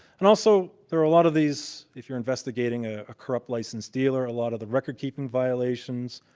and also there are a lot of these, if you're investigating ah a corrupt licensed dealer, a lot of the record keeping violations,